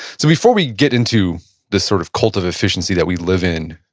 so before we get into this sort of cult of efficiency that we live in,